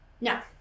No